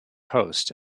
host